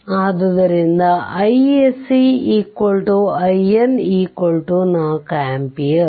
ಆದ್ದರಿಂದ iSC IN 4 ampere